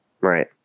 Right